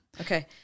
Okay